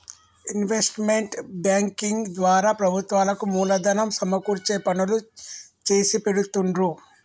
investment banking ద్వారా ప్రభుత్వాలకు మూలధనం సమకూర్చే పనులు చేసిపెడుతుండ్రు